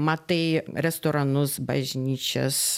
matai restoranus bažnyčias